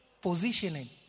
Positioning